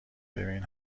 ببین